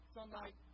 Sunlight